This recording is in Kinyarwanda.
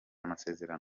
amasezerano